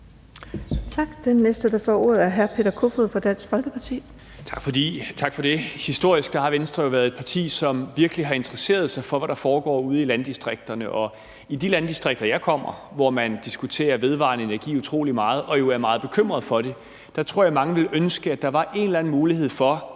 Tak. Den næste, der får ordet, er hr. Peter Kofod fra Dansk Folkeparti. Kl. 19:23 Peter Kofod (DF): Tak for det. Historisk har Venstre jo været et parti, som virkelig har interesseret for, hvad der foregår ude i landdistrikterne, og i de landdistrikter, jeg kommer, hvor man diskuterer vedvarende energi utrolig meget og jo er meget bekymret for det, tror jeg mange ville ønske, at der var en eller anden mulighed for,